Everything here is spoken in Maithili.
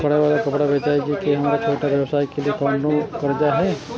हम कढ़ाई वाला कपड़ा बेचय छिये, की हमर छोटा व्यवसाय के लिये कोनो कर्जा है?